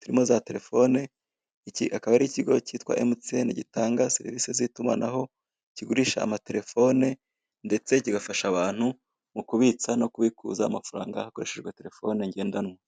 turimo telefone, iki akaba ari ikigo cya emutiyene, gitanga serivise z'itumanaho kigurisha amaterefone, ndetse kigafasha abanru mu kubitsa no kubikuza amfaranga hakoreshejwe telefone ngendanwa.